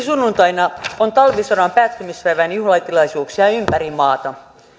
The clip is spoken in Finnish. sunnuntaina on talvisodan päättymispäivän juhlatilaisuuksia ympäri maata